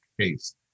case